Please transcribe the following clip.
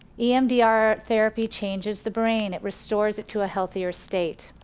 emdr therapy changes the brain, it restores it to a healthier state.